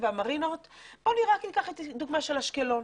והמרינות ובואו ניקח כדוגמה את אשקלון.